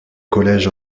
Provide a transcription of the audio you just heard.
collège